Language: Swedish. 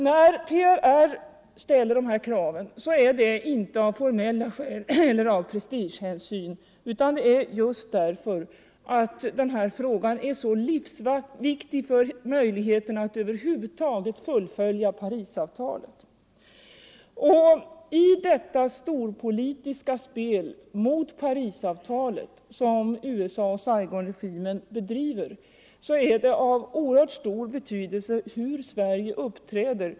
När PRR ställer de här kraven är det inte av formella skäl eller av prestigehänsyn utan just därför att den här frågan är så livsviktig för möjligheten att över huvud taget fullfölja Parisavtalet. I det storpolitiska spel mot Parisavtalet som USA och Saigonregimen bedriver är det av oerhört stor betydelse hur Sverige uppträder.